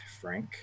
frank